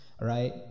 right